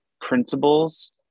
principles